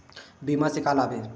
बीमा से का लाभ हे?